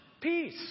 peace